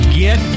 get